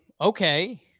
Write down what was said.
Okay